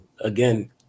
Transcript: again